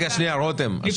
רותם,